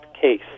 case